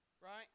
right